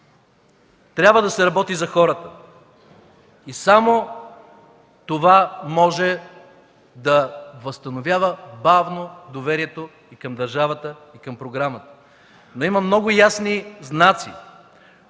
Трябва да се работи за хората и само това може бавно да възстановява доверието към държавата, към програмата. Има много ясни знаци